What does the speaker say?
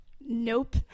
nope